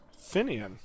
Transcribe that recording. Finian